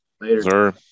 Later